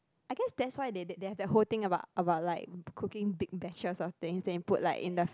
I guess that's why they they have whole thing about about like cooking big bashes of thing then put like in the